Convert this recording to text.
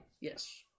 Yes